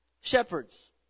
shepherds